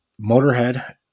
Motorhead